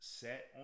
set